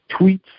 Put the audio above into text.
tweets